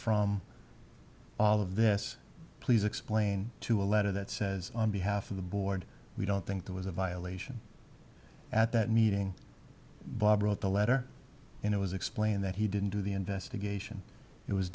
from all of this please explain to a letter that says on behalf of the board we don't think there was a violation at that meeting bob wrote the letter and it was explained that he didn't do the investigation it was